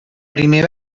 primer